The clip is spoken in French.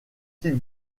clips